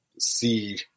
see